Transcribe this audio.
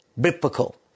biblical